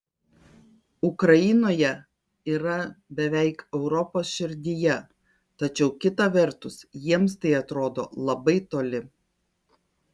ukrainoje yra beveik europos širdyje tačiau kita vertus jiems tai atrodo labai toli